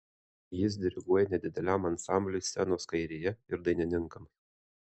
jis diriguoja nedideliam ansambliui scenos kairėje ir dainininkams